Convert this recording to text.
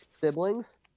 Siblings